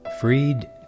freed